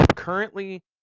currently